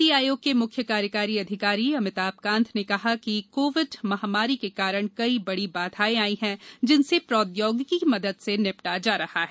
नीति आयोग के मुख्य् कार्यकारी अधिकारी अभिताभ कांत ने कहा कि कोविड महामारी के कारण कई बड़ी बाघाएं आईं हैं जिनसे प्रौद्योगिकी की मदद से निबटा जा रहा है